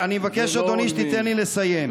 אני מבקש, אדוני, שתיתן לי לסיים.